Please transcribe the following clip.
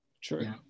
True